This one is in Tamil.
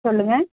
சொல்லுங்கள்